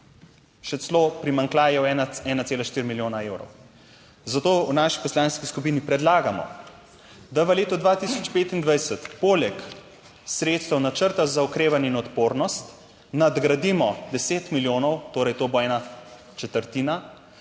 še celo primanjkljaj 1,4 milijona evrov. Zato v naši poslanski skupini predlagamo, da v letu 2025 poleg sredstev načrta za okrevanje in odpornost nadgradimo deset milijonov, torej to bo ena četrtina,